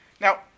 Now